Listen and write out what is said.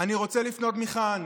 אני רוצה לפנות מכאן